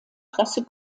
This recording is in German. presse